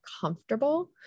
comfortable